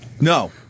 No